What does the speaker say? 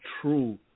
True